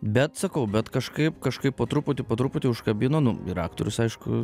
bet sakau bet kažkaip kažkaip po truputį po truputį užkabino nu ir aktorius aišku